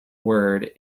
word